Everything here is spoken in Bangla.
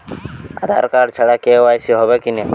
আধার কার্ড ছাড়া কে.ওয়াই.সি হবে কিনা?